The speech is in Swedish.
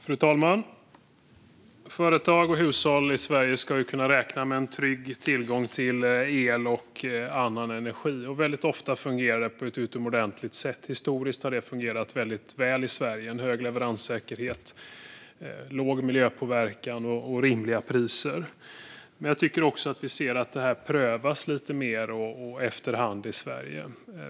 Fru talman! Företag och hushåll i Sverige ska kunna räkna med en trygg tillgång till el och energi, och väldigt ofta fungerar det på ett utomordentligt sätt. Historiskt har det fungerat väldigt väl i Sverige, med en hög leveranssäkerhet, låg miljöpåverkan och rimliga priser. Jag tycker dock att vi ser att detta prövas lite mer efter hand i Sverige.